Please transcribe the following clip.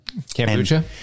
Kombucha